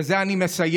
ובזה אני מסיים.